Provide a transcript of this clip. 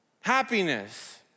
Happiness